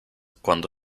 cuando